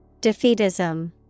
Defeatism